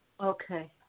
Okay